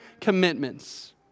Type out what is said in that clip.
commitments